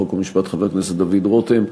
חוק ומשפט חבר הכנסת דוד רותם,